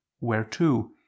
whereto